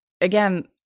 again